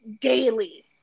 daily